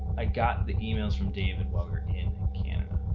i got the emails from david while we were in and canada.